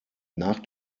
nach